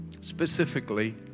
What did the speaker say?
specifically